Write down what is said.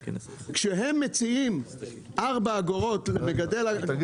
כשהם מציעים ארבע אגורות למגדל שיכינו עבודה.